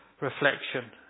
reflection